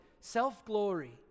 self-glory